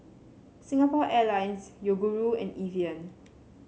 Singapore Airlines Yoguru and Evian